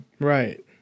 Right